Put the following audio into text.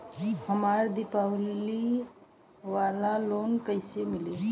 हमरा दीवाली वाला लोन कईसे मिली?